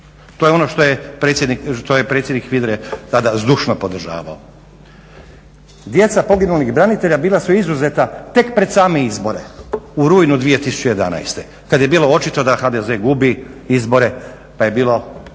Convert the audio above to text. To je ono što je predsjednik HVIDRA-e tada zdušno podržavao. Djeca poginulih branitelja bila su izuzeta tek pred same izbore u rujnu 2011. kad je bilo očito da HDZ gubi izbore pa je bilo